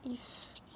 if